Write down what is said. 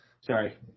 Sorry